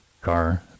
car